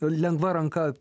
lengva ranka